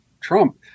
Trump